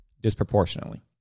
disproportionately